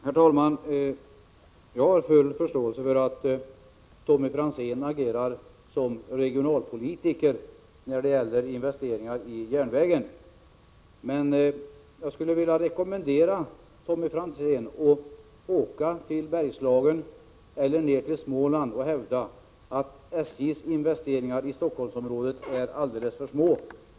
Herr talman! Jag har full förståelse för att Tommy Franzén agerar som regionalpolitiker när det gäller investeringar i järnvägen. Men jag skulle vilja rekommendera Tommy Franzén att åka till Bergslagen eller ned till Småland och där hävda att SJ:s investeringar i Stockholmsområdet är alldeles för små.